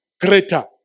greater